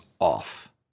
off